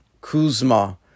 Kuzma